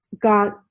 got